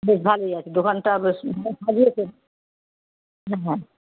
বেশ ভালোই আছে দোকানটা বেশ সাজিয়েছেন হ্যাঁ হ্যাঁ